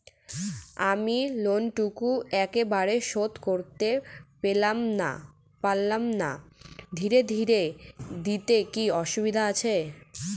আমি লোনটুকু একবারে শোধ করতে পেলাম না ধীরে ধীরে দিলে কি অসুবিধে আছে?